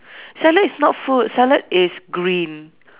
salad is not food salad is green